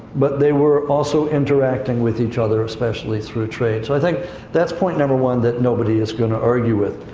but they were also interacting with each other, especially through trade. so i think that's point number one that nobody is going to argue with.